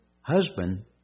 husband